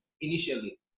initially